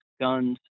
guns